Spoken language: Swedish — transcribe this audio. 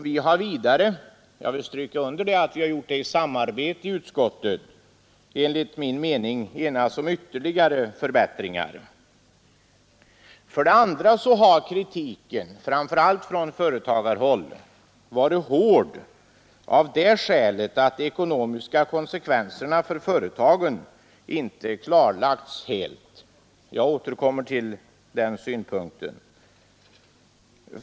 Vi har vidare — jag vill understryka det — i samarbete i utskottet enligt min mening enats om ytterligare förbättringar. För det andra har kritiken, framför allt från företagarhåll, varit hård av det skälet att de ekonomiska konsekvenserna för företagen inte helt klarlagts. Jag återkommer till detta.